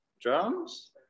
drums